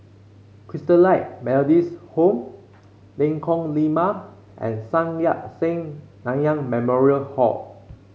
Christalite Methodist Home Lengkong Lima and Sun Yat Sen Nanyang Memorial Hall